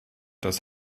das